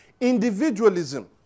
individualism